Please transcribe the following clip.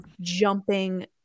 jumping